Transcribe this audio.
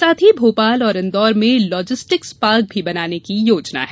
साथ ही भोपाल और इंदौर में लॉजिस्टिक्स पार्क भी बनाने की योजना है